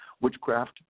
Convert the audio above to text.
witchcraft